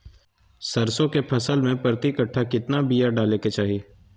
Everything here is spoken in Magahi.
सरसों के फसल में प्रति कट्ठा कितना बिया डाले के चाही?